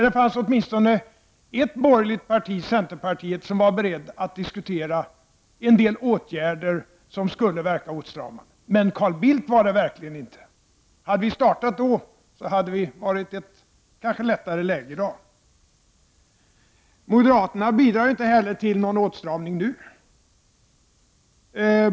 Det fanns åtminstone ett borgerligt parti, nämligen centerpartiet, som var berett att diskutera en del åtgärder som skulle verka åtstramande, men Carl Bildt var det verkligen inte. Hade vi startat då hade läget kanske varit bättre i dag. Moderaterna bidrar inte heller till någon åtstramning nu.